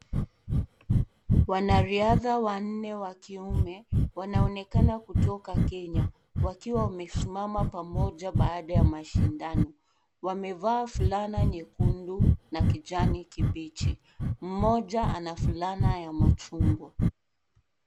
Wanariadha wanne wakiume wanaonekana kutoka Kenya wakiwa wamesimama pamoja baada ya mashindano. Wamevaa fulana nyekundu na kijani kibichi, mmoja ana fulana ya machungwa.